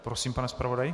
Prosím, pane zpravodaji.